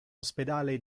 ospedale